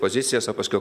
pozicijas o paskiau